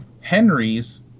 Henry's